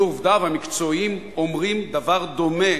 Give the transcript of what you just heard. היו עובדיו המקצועיים אומרים דבר דומה